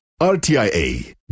RTIA